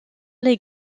les